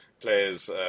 players